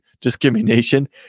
discrimination